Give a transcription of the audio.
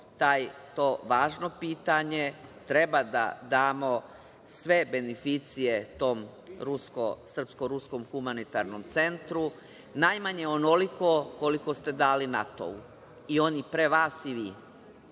to važno pitanje. Treba da damo sve beneficije tom srpsko-ruskom humanitarnom centru, najmanje onoliko, koliko ste dali NATO-u, i oni pre vas i